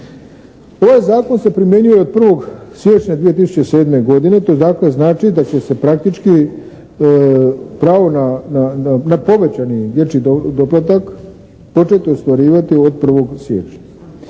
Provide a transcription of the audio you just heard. Koji zakon se primjenjuje od 1. siječnja 2007. godine, to je dakle znači da će se praktički pravo na povećani dječji doplatak početi ostvarivati od 1. siječnja?